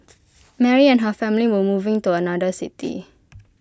Mary and her family were moving to another city